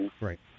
right